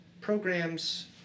programs